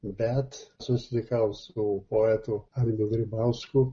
bet susitikau su poetu almiu grybausku